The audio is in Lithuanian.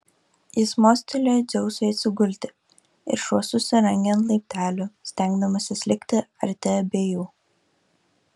jis mostelėjo dzeusui atsigulti ir šuo susirangė ant laiptelių stengdamasis likti arti abiejų